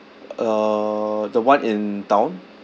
uh the one in town